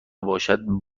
باشد